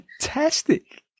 fantastic